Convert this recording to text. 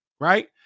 right